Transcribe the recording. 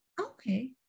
Okay